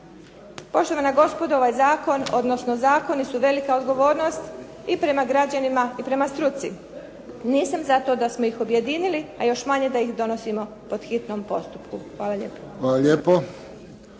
Poštovana gospodo ovaj zakon, odnosno zakoni su velika odgovornost i prema građanima i prema struci. Nisam za to da smo ih objedinili, a još manje da ih donosimo po hitnom postupku. Hvala lijepo.